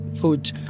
food